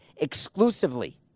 exclusively